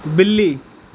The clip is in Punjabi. ਬਿੱਲੀ